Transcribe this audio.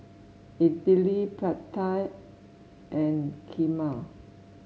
Idili Pad Thai and Kheema